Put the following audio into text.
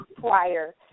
prior